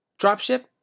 Dropship